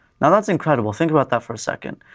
now, that's incredible. think about that for a second.